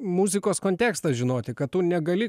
muzikos kontekstą žinoti kad tu negali